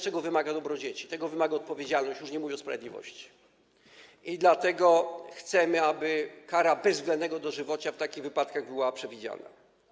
Tego wymaga dobro dzieci, tego wymaga odpowiedzialność, już nie mówiąc o sprawiedliwości, i dlatego chcemy, aby kara bezwzględnego dożywocia w takich wypadkach była przewidziana.